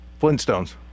Flintstones